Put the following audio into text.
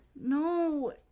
no